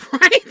Right